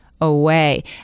away